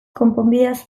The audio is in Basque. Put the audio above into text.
konponbideaz